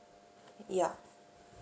yup